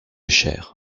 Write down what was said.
cher